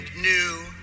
new